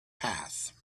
path